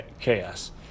chaos